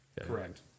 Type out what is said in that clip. Correct